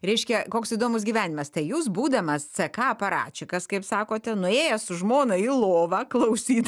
reiškia koks įdomus gyvenimas tai jūs būdamas ck aparačikas kaip sakote nuėjęs su žmona į lovą klausyt